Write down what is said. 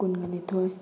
ꯀꯨꯟꯒ ꯅꯤꯊꯣꯏ